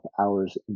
hours